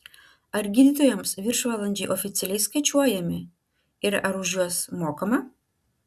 ar gydytojams viršvalandžiai oficialiai skaičiuojami ir ar už juos mokama